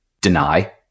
deny